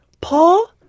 Paul